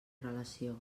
relació